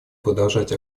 продолжать